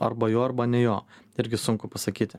arba jo arba ne jo irgi sunku pasakyti